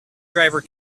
driver